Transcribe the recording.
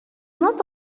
not